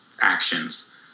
actions